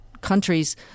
countries